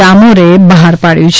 ડામોરે બહાર પાડ્યું છે